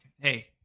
hey